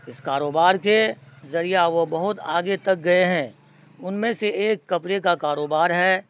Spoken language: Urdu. اس کاروبار کے ذریعہ وہ بہت آگے تک گئے ہیں ان میں سے ایک کپڑے کا کاروبار ہے